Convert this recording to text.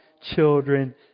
children